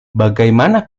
bagaimana